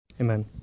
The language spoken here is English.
Amen